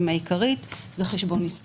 זה חשבון עסקי.